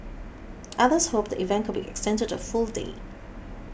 others hoped the event could be extended to a full day